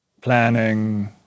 planning